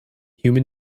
human